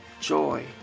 joy